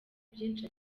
byinshi